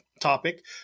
topic